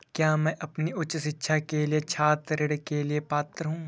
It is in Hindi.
क्या मैं अपनी उच्च शिक्षा के लिए छात्र ऋण के लिए पात्र हूँ?